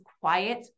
quiet